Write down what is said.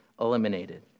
eliminated